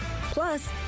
Plus